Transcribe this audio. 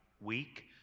week